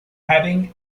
having